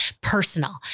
personal